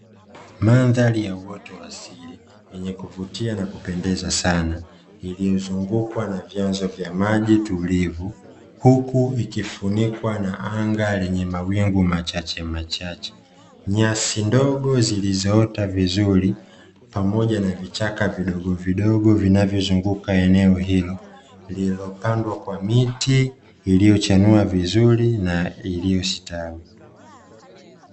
Mandhari ya uoto wa asili yenye kuvutia na kupendeza sana iliyozungukwa na vyanzo vya maji tulivu huku ikifunikwa na anga lenye mawingu machachemachache, nyasi ndogo zilizoota vizuri pamoja na vichaka vidogovidogo vinavyozunguka eneo hilo lililopandwa kwa miti iliyochanua vizuri na iliyostawi.